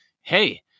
Hey